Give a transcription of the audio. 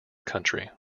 country